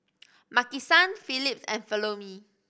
Maki San Phillips and Follow Me